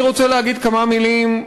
אני רוצה להגיד כמה מילים,